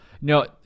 no